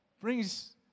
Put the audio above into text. brings